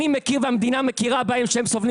אני מכיר והמדינה מכירה בהם שהם סובלים